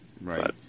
Right